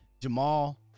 Jamal